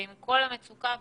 עם כל המצוקה והקושי,